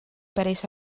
päris